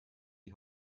die